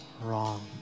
wrong